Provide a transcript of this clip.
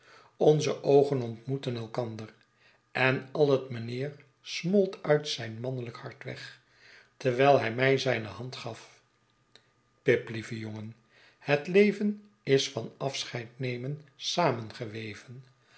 onze oogen ontmoetten elkander en al het mijnheer smolt uit zijn mannelijk hart weg terwijl hij mij zijne hand gaf pip lieve jongen het leven is van afscheidnemen